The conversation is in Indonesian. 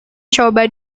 coba